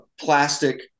plastic